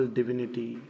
divinity